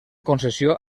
concessió